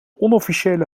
onofficiële